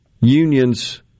unions